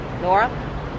Nora